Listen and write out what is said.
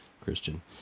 Christian